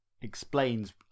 explains